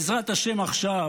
בעזרת השם, עכשיו,